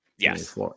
Yes